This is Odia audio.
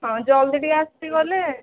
ହଁ ଜଲଦି ଟିକେ ଆସିଗଲେ